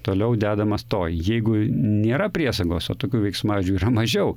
toliau dedamas toj jeigu nėra priesagos o tokių veiksmažodžių yra mažiau